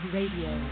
Radio